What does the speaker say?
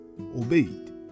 obeyed